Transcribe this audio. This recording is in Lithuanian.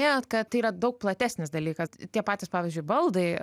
minėjot kad tai yra daug platesnis dalykas tie patys pavyzdžiui baldai